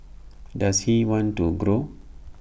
does he want to grow